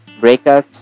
breakups